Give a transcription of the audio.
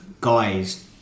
guys